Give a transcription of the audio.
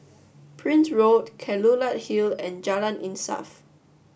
Prince Road Kelulut Hill and Jalan Insaf